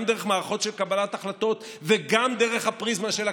גם דרך מערכות של קבלת החלטות וגם דרך הפריזמה של הכנסת,